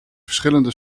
verschillende